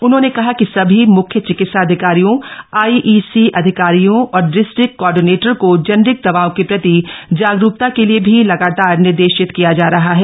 उन्होंने कहा कि सभी मुख्य चिकित्साधिकारियों आईईसी अधिकारियों और डिस्ट्रिक्ट कोऑर्डिनेटर को जेनेरिक दवाओं के प्रति जागरूकता के लिए भी लगातार निर्देशित किया जा रहा है